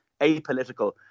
apolitical